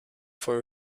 for